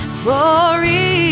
glory